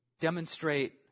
demonstrate